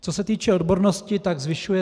Co se týče odbornosti, ta se zvyšuje.